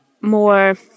more